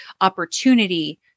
opportunity